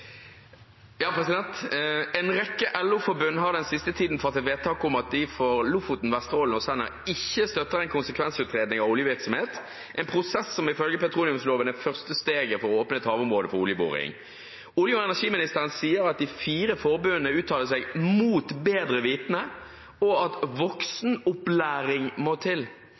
ikke støtter en konsekvensutredning av oljevirksomhet, en prosess som ifølge petroleumsloven er første steget for å åpne et havområde for oljeboring. Olje- og energiministeren sier at de fire forbundene uttaler seg mot bedre vitende, og at voksenopplæring må til.